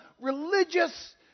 religious